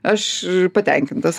aš patenkintas